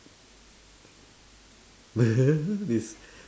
it's